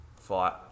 fight